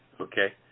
Okay